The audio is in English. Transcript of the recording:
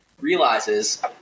realizes